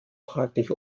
fraglich